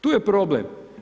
Tu je problem.